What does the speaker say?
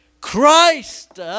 Christ